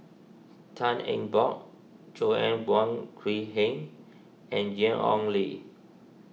Tan Eng Bock Joanna Wong Quee Heng and Ian Ong Li